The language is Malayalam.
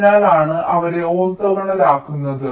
അതിനാലാണ് അവരെ ഓർത്തോഗണൽ ആക്കുന്നത്